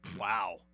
Wow